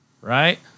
right